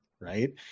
Right